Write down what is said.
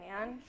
man